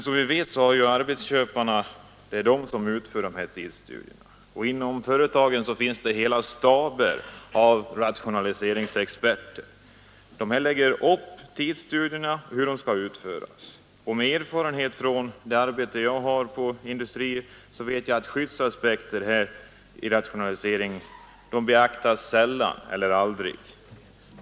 Som vi vet har arbetsköparna — och det är dessa som utför tidsstudierna — hela staber av rationaliseringsexperter, som lägger upp hur tidsstudierna skall utföras. Med den erfarenhet jag har från arbete inom industrin så vet jag att skyddsaspekter sällan eller aldrig beaktas i rationaliseringssträvandena.